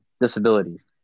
disabilities